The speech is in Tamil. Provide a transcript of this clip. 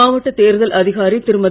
மாவட்ட தேர்தல் அதிகாரி திருமதி